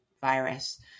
virus